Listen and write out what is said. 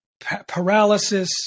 Paralysis